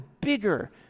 bigger